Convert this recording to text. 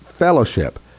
fellowship